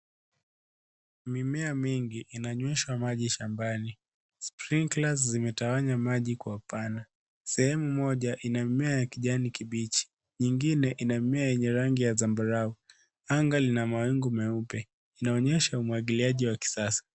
Mimea mingi inanyweshwa maji shambani. Sprinklers zimetawanya maji kwa upana . Sehemu moja ina mimea ya kijani kibichi, nyingine ina mimea yenye rangi ya zambarau. Anga lina mawingu meupe. Inaonyesha umwagiliaji wa kisasa.